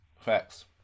Facts